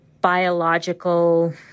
biological